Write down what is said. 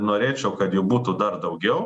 norėčiau kad jų būtų dar daugiau